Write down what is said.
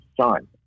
son